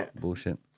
Bullshit